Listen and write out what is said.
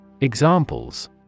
Examples